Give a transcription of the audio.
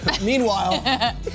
Meanwhile